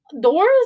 Doors